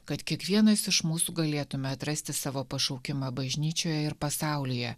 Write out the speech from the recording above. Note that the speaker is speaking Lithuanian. kad kiekvienas iš mūsų galėtume atrasti savo pašaukimą bažnyčioje ir pasaulyje